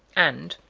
and